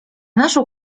naszą